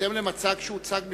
בהתאם למצג שהוצג לפניהם,